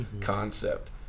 concept